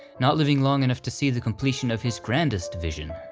not living long enough to see the completion of his grandest vision,